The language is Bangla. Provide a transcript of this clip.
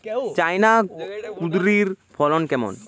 চায়না কুঁদরীর ফলন কেমন?